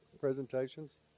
presentations